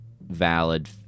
valid